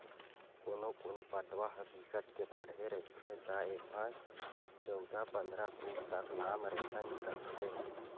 कोनो कोनो पटवा ह बिकट के बाड़हे रहिथे त एमा चउदा, पंदरा फूट तक लाम रेसा निकलथे